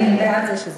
אני בעד זה.